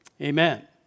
amen